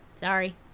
Sorry